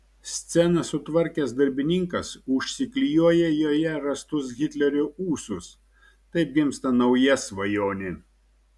sceną sutvarkęs darbininkas užsiklijuoja joje rastus hitlerio ūsus taip gimsta nauja svajonė